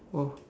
oh